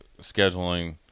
scheduling